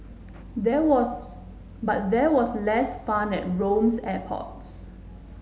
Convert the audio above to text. there was but there was less fun at Rome's airports